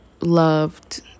loved